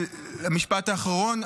משפט אחרון,